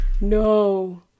no